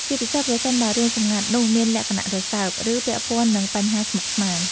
ជាពិសេសប្រសិនបើរឿងសម្ងាត់នោះមានលក្ខណៈរសើប ឬពាក់ព័ន្ធនឹងបញ្ហាស្មុគស្មាញ។